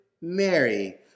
Mary